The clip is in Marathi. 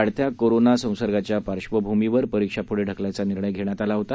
वाढत्या करोना संसर्गाच्या पार्श्वभूमीवर परीक्षा पुढे ढकलण्याचा निर्णय घेण्यात आला होता